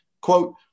quote